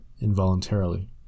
involuntarily